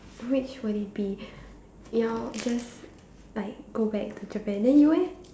which would it be ya just like go back to Japan then you eh